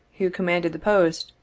who commanded the post,